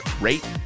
rate